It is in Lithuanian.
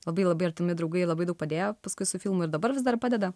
labai labai artimi draugai labai daug padėjo paskui su filmu ir dabar vis dar padeda